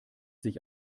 sich